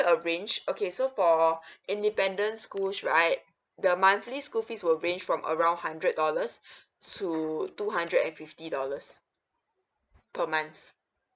a range okay so for independent school should I the monthly school fees will range from around hundred dollars to two hundred and fifty dollars per month